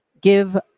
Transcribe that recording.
give